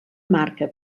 marca